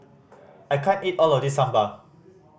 I can't eat all of this Sambar